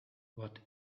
what